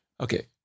Okay